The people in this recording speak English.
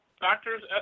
doctors